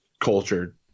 cultured